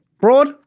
Broad